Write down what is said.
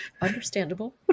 Understandable